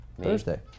Thursday